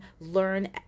learn